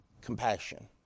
compassion